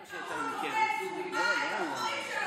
קראו לו נוכל, כי הוא רימה את הבוחרים שלו,